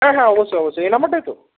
হ্যাঁ হ্যাঁ অবশ্যই অবশ্যই এই নম্বরটাই তো